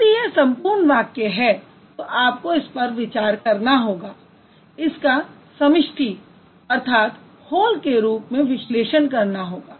यदि यह संपूर्ण वाक्य है तो आपको इस पर विचार करना होगा इसका समष्टि के रूप में विश्लेषण करना होगा